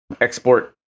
export